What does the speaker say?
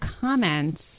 comments